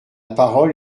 parole